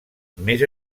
més